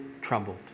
troubled